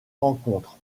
rencontres